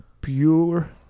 pure